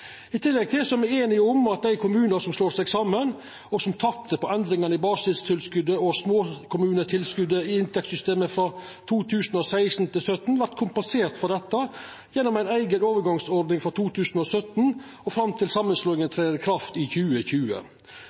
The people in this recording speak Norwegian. I tillegg er me einige om at dei kommunane som slår seg saman, og som tapte på endringane i basistilskotet og småkommunetilskotet i inntektssystemet frå 2016 til 2017, vert kompenserte for dette gjennom ei eiga overgangsordning frå 2017 og fram til samanslåinga trer i kraft i 2020.